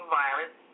violence